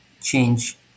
change